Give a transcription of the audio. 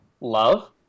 love